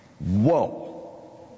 Whoa